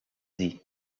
dis